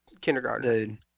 kindergarten